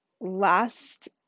last